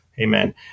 Amen